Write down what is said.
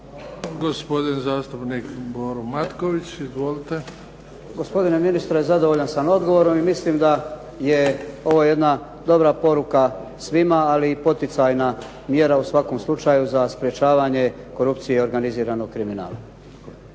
Gospodin zastupnik Boro Matković. Izvolite. **Matković, Borislav (HDZ)** Gospodine ministre zadovoljan sam odgovorom i mislim da je ovo jedna dobra poruka svima, ali i poticajna mjera u svakom slučaju za sprečavanje korupcije i organiziranog kriminala.